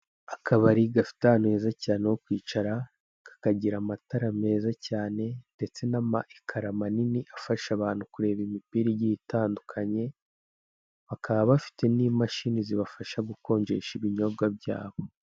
Akabari gafite ahantu heza ho kwicara, kakagira amatara meza cyane, ndetse n'ama ekara manini afasha abantu kureba imipira igiye itandukanye, bakaba bafite n'imashini zibafasha gukonjesha ibinyobwa byabo.